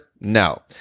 No